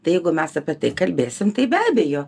tai jeigu mes apie tai kalbėsim tai be abejo